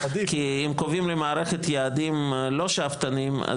כי אם קובעים למערכת יעדים לא שאפתניים,